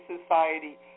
society